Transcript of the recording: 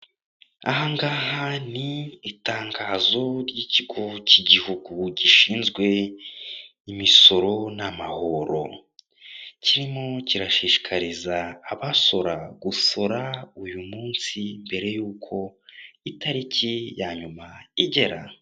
Aha ngaha ni itangazo ry'ikigo cy'Igihugu gishinzwe imisoro n'amahoro, kirimo kirashishiriza abasora gusora uyu munsi mbere y'uko itariki ya nyuma igera.